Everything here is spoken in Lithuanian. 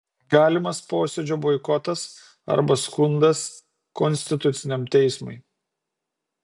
galimas posėdžio boikotas arba skundas konstituciniam teismui